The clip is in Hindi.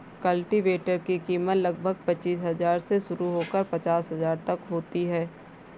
कल्टीवेटर की कीमत लगभग पचीस हजार से शुरू होकर पचास हजार तक होती है